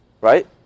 right